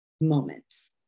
moments